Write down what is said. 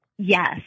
Yes